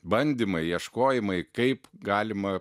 bandymai ieškojimai kaip galima